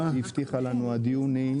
היא הבטיחה לנו נוסח עד יוני.